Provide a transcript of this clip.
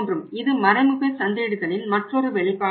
இது மறைமுக சந்தையிடுதலின் மற்றொரு வெளிப்பாடாகும்